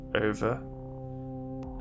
over